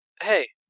Hey